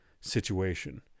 situation